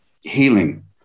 healing